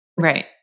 Right